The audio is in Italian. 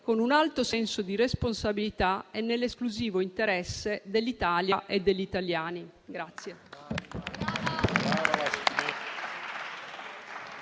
con un alto senso di responsabilità e nell'esclusivo interesse dell'Italia e degli italiani.